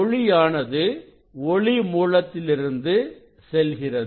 ஒளியானது ஒளி மூலத்திலிருந்து செல்கிறது